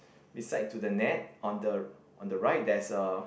beside to the net on the on the right there's a